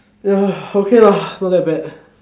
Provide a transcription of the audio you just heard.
ya okay lah not that bad